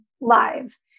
live